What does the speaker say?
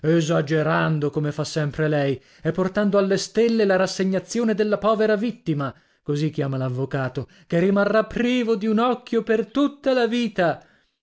esagerando come fa sempre lei e portando alle stelle la rassegnazione della povera vittima così chiama lavvocato che rimarrà privo di un occhio per tutta la vita